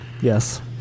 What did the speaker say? Yes